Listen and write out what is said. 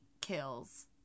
kills